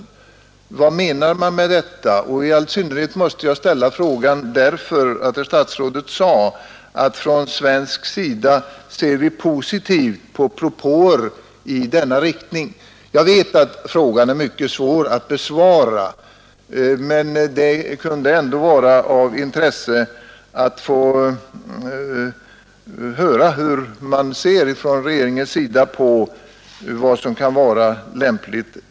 Vad menas med det? Jag ställer den frågan speciellt därför — Vid Island, m.m. att statsrådet sade att man från svensk sida ser positivt på propåer i den riktningen. Jag vet att frågan är svår att besvara, men det vore av stort intresse att få höra hur man i regeringen ser på vad som där kan anses lämpligt.